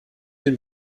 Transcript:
den